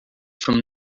from